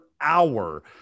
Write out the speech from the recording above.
hour